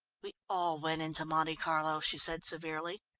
we all went into monte carlo, she said severely.